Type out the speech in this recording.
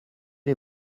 est